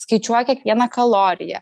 skaičiuoja kiekvieną kaloriją